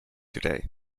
today